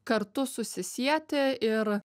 kartu susisieti ir